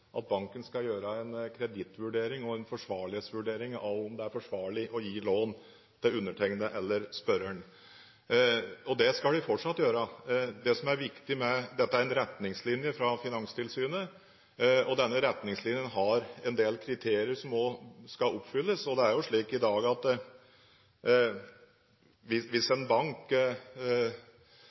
at banken skal foreta en kredittvurdering og en forsvarlighetsvurdering av om det er forsvarlig å gi lån til undertegnede eller spørreren. Det skal de fortsatt gjøre. Dette er en retningslinje fra Finanstilsynet. Denne retningslinjen har en del kriterier som skal oppfylles. Det er ikke noe absolutt krav at